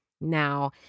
now